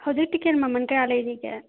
ꯍꯧꯖꯤꯛ ꯇꯤꯛꯀꯦꯠ ꯃꯃꯜ ꯀꯌꯥ ꯂꯩꯔꯤꯒꯦ